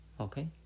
Okay